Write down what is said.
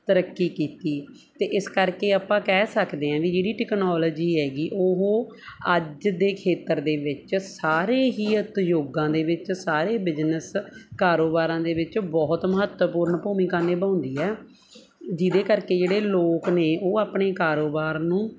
ਤਰੱਕੀ ਕੀਤੀ ਅਤੇ ਇਸ ਕਰਕੇ ਆਪਾਂ ਕਹਿ ਸਕਦੇ ਹਾਂ ਵੀ ਜਿਹੜੀ ਟੈਕਨੋਲੋਜੀ ਹੈਗੀ ਉਹ ਅੱਜ ਦੇ ਖੇਤਰ ਦੇ ਵਿੱਚ ਸਾਰੇ ਹੀ ਉਦਯੋਗਾਂ ਦੇ ਵਿੱਚ ਸਾਰੇ ਬਿਜਨਸ ਕਾਰੋਬਾਰਾਂ ਦੇ ਵਿੱਚ ਬਹੁਤ ਮਹੱਤਵਪੂਰਨ ਭੂਮਿਕਾ ਨਿਭਾਉਂਦੀ ਹੈ ਜਿਹਦੇ ਕਰਕੇ ਜਿਹੜੇ ਲੋਕ ਨੇ ਉਹ ਆਪਣੇ ਕਾਰੋਬਾਰ ਨੂੰ